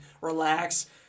relax